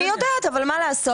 אני יודעת אבל מה לעשות,